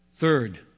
Third